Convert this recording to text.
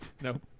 No